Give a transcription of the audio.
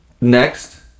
next